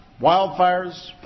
wildfires